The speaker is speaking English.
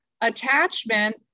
attachment